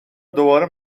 دوباره